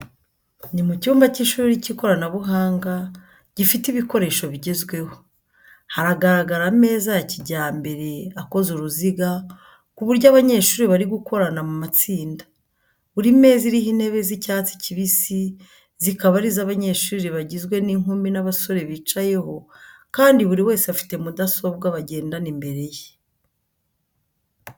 Ni mu cyumba cy’ishuri cy’ikoranabuhanga gifite ibikoresho bigezweho. Haragaragara ameza ya kijyambere akoze uruziga, ku buryo abanyeshuri bari gukorana mu matsinda. Buri meza iriho intebe z'icyatsi kibisi, zikaba ari zo abanyeshuri bagizwe n'inkumi n'abasore bicayeho kandi buri wese afite mudasobwa bagendana imbere ye.